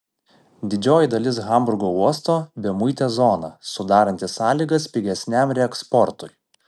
didžioji dalis hamburgo uosto bemuitė zona sudaranti sąlygas pigesniam reeksportui